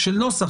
של נוסח.